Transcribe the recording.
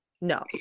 no